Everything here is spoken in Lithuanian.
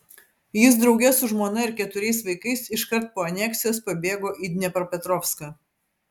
jis drauge su žmona ir keturiais vaikais iškart po aneksijos pabėgo į dniepropetrovską